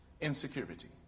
Insecurity